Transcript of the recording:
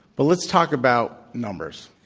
but let's talk about numbers,